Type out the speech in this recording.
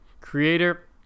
creator